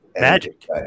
magic